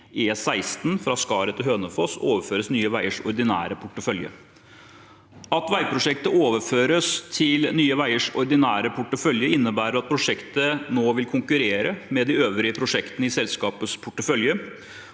E16 fra Skaret til Hønefoss – overføres Nye veiers ordinære portefølje. At veiprosjektet overføres til Nye veiers ordinære portefølje, innebærer at prosjektet nå vil konkurrere med de øvrige prosjektene i selskapets portefølje.